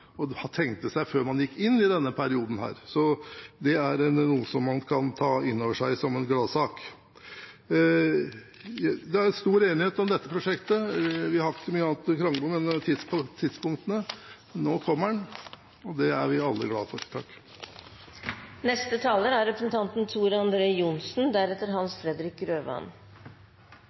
og tenkte seg før man gikk inn i denne perioden. Det er noe en kan ta inn over seg som en gladsak. Det er stor enighet om dette prosjektet. Vi har ikke hatt så mye annet å krangle om enn tidspunktene. Nå kommer den, og det er vi alle glade for. Takk til saksordføreren for en god orientering og takk til komiteen for en god prosess. Det er